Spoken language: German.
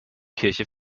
kirche